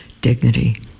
dignity